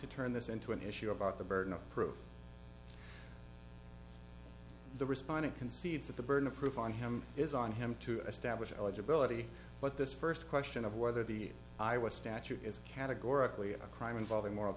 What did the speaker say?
to turn this into an issue about the burden of proof the respondent concedes that the burden of proof on him is on him to establish eligibility but this first question of whether the i was statute is categorically a crime involving moral